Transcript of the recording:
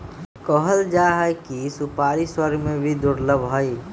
कहल जाहई कि सुपारी स्वर्ग में भी दुर्लभ हई